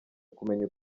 kumenya